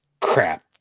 crap